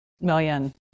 million